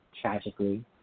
tragically